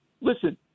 Listen